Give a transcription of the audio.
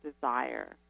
desire